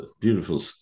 beautiful